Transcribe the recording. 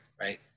right